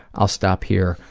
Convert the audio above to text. i'll stop here.